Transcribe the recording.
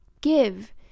give